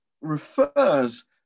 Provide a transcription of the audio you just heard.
refers